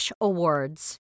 awards